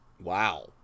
Wow